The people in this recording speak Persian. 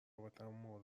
رابطمون